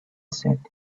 sat